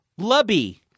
Lubby